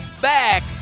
back